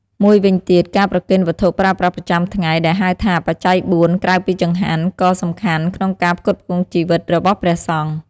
មួយវិញទៀត ការប្រគេនវត្ថុប្រើប្រាស់ប្រចាំថ្ងៃ ដែលហៅថា បច្ច័យបួន ក្រៅពីចង្ហាន់ ក៍សំខាន់ដែលក្នុងការផ្គត់ផ្គង់ជីវិតរបស់ព្រះសង្ឃ។